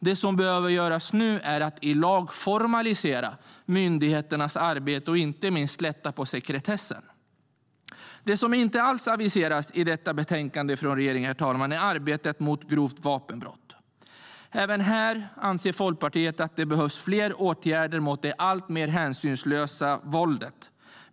Det som nu behöver göras är att i lag formalisera myndigheternas arbete och inte minst lätta på sekretessen. Det som inte alls aviseras i detta betänkande, herr talman, är arbetet mot grovt vapenbrott. Även här anser Folkpartiet att det behöver vidtas fler åtgärder mot det alltmer hänsynslösa våldet.